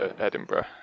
Edinburgh